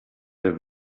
der